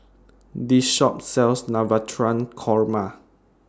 This Shop sells Navratan Korma